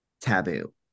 taboo